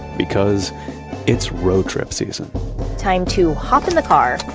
because it's road trip season time to hop in the car,